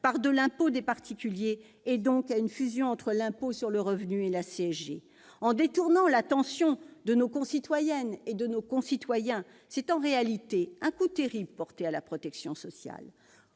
pour les particuliers une fusion de l'impôt sur le revenu et de la CSG. On détourne l'attention de nos concitoyennes et de nos concitoyens, mais c'est là en réalité un coup terrible porté à la protection sociale